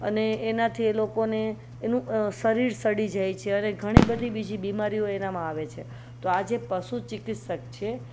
અને એનાથી એ લોકોને એનું શરીર સડી જાય છે અને ઘણી બધી બીજી બીમારીઓ એનામાં આવે છે તો આ જે પશુ ચિકિત્સક છે